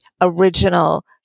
original